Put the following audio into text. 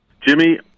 Jimmy